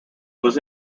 was